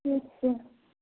ठीक छै